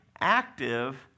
active